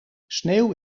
sneeuw